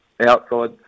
outside